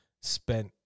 spent